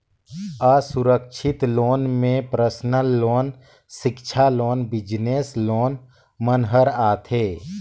असुरक्छित लोन में personal loan, सिक्छा लोन, बिजनेस लोन मन हर आथे